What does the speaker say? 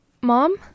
Mom